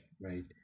right